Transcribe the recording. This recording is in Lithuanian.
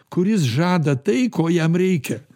kuris žada tai ko jam reikia